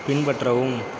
பின்பற்றவும்